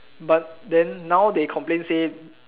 but then now they complain say